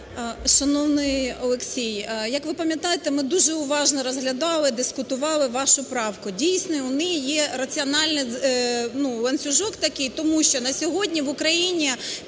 Шановний Олексій, як ви пам'ятаєте, ми дуже уважно розглядали, дискутували вашу правку, дійсно, у неї є раціональний ланцюжок такий. Тому що на сьогодні в Україні